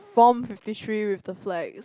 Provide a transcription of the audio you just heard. form fifty three with the fly